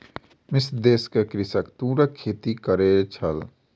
मिस्र देश में कृषक तूरक खेती करै छल